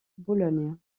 bologne